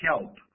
help